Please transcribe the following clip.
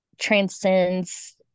transcends